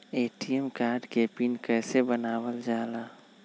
ATM card के PIN कैसे बनावल जाला?